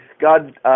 God